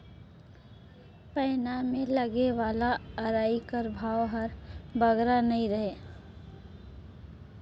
पैना मे लगे वाला अरई कर भाव हर बगरा नी रहें